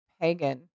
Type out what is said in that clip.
pagan